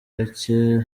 gake